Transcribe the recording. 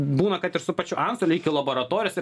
būna kad ir su pačiu antstoliu iki lobaratorijos ir